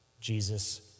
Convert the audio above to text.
Jesus